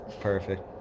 Perfect